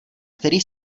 který